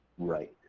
right,